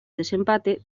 desempate